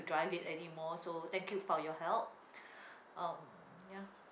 drive it anymore so thank you for your help um ya